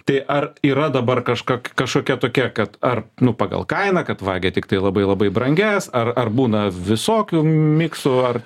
tai ar yra dabar kažkok kažkokia tokia kad ar nu pagal kainą kad vagia tiktai labai labai brangias ar ar būna visokių miksų ar